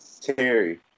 Terry